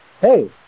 hey